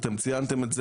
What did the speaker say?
אתם ציינתם את זה,